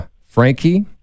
frankie